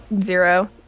zero